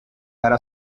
gara